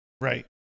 Right